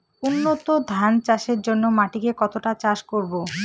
উন্নত ধান চাষের জন্য মাটিকে কতটা চাষ করব?